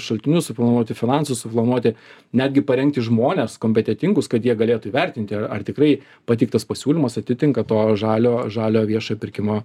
šaltinius suplanuoti finansus suplanuoti netgi parengti žmones kompetentingus kad jie galėtų įvertinti ar tikrai pateiktas pasiūlymas atitinka to žalio žalio viešojo pirkimo